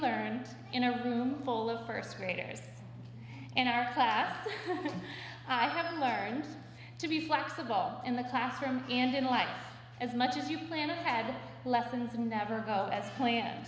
learned in a room full of first graders in our class i have learned to be flexible in the classroom and in life as much as you plan ahead lessons never go as plan